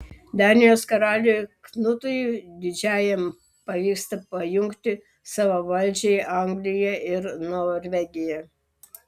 danijos karaliui knutui didžiajam pavyksta pajungti savo valdžiai angliją ir norvegiją